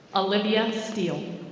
olivia steele.